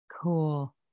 Cool